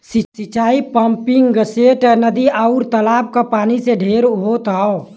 सिंचाई पम्पिंगसेट, नदी, आउर तालाब क पानी से ढेर होत हौ